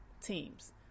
teams